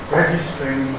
registering